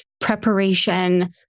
preparation